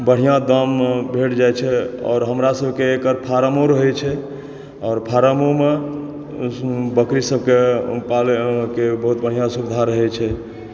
बढ़िआँ दाममे भेट जाइत छै आओर हमरा सभके एकर फार्मअर रहैत छै आओर फार्ममे बकरी सभकेँ पालयके बहुत बढ़िआँ सुविधा रहैत छै